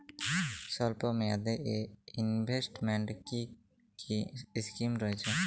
স্বল্পমেয়াদে এ ইনভেস্টমেন্ট কি কী স্কীম রয়েছে?